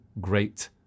great